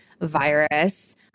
virus